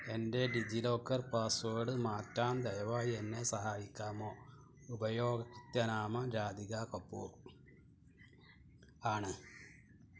എന്റെ DigiLocker password മാറ്റാൻ ദയവായി എന്നെ സഹായിക്കാമോ ഉപയോക്ത നാമം രാധിക കപൂർ ആണ്